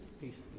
Peace